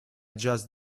just